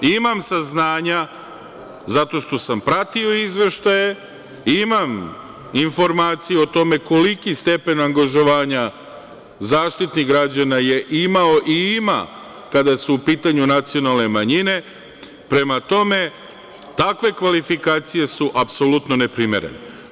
Imam saznanja zato što sam pratio te izveštaje, imam informaciju o tome koliki stepen angažovanja Zaštitnik građana je imao i ima kada su u pitanju nacionalne manjine, prema tome, takve kvalifikacije su apsolutno ne primerene.